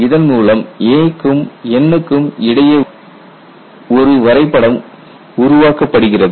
இதன் மூலம் a க்கும் N க்கும் இடையே ஒரு வரைபடம் உருவாக்கப்படுகிறது